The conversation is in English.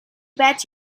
bet